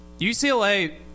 UCLA